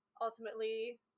ultimately